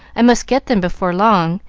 i must get them before long,